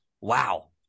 Wow